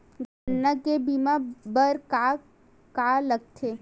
गन्ना के बीमा बर का का लगथे?